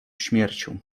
śmiercią